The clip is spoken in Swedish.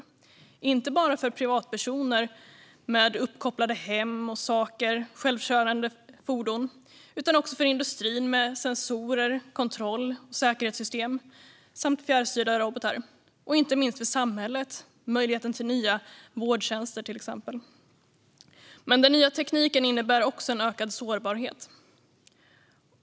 Det gäller inte bara för privatpersoner med uppkopplade hem och saker som självstyrande fordon utan också för industrin med sensorer, kontroll och säkerhetssystem samt fjärrstyrda robotar. Det gäller också, inte minst, för samhället med möjligheten till exempelvis nya vårdtjänster. Men den nya tekniken innebär också en ökad sårbarhet.